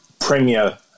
premier